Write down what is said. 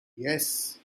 yes